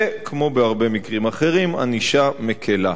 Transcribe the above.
וכמו בהרבה מקרים אחרים, ענישה מקלה.